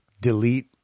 delete